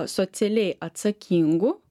socialiai atsakingų